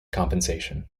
compensation